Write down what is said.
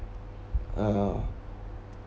uh